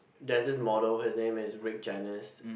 there's this model his name is Rick Genest